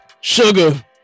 sugar